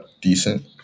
decent